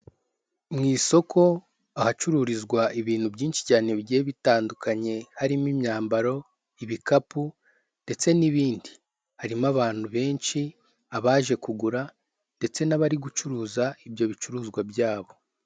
Mu isoko ahacururizwa ibintu byinshi cyane bigiye bitandukanye harimo imyambaro, ibikapu, ndetse n'ibindi. Harimo abantu benshi, abaje kugura ndetse n'abari gucuruza ibyo bicuruzwa byabo.